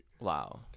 Wow